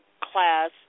class